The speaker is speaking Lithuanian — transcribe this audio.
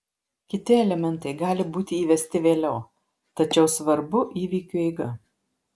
kiti elementai gali būti įvesti vėliau tačiau svarbu įvykių eiga